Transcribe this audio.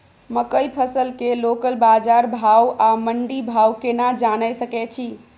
मकई फसल के लोकल बाजार भाव आ मंडी भाव केना जानय सकै छी?